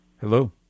Hello